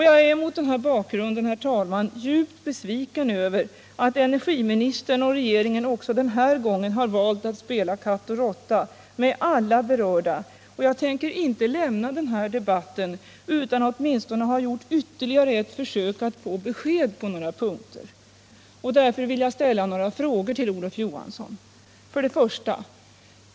Jag är mot denna bakgrund, herr talman, djupt besviken över att energiministern och regeringen också denna gång har valt att spela katt och råtta med alla berörda, och jag tänker inte lämna den här debatten utan att åtminstone ha gjort ytterligare ett försök att få besked på några punkter. Därför vill jag ställa några frågor till Olof Johansson. För det första.